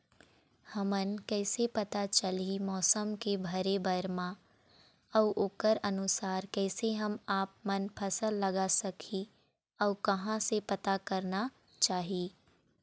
हमन कैसे पता चलही मौसम के भरे बर मा अउ ओकर अनुसार कैसे हम आपमन फसल लगा सकही अउ कहां से पता करना चाही?